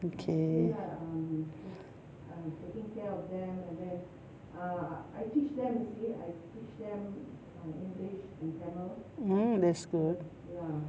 okay mm that's good